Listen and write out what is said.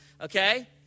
okay